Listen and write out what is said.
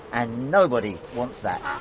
and nobody wants that.